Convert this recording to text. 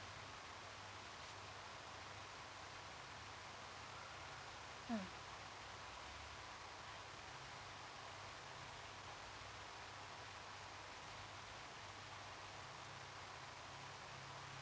mm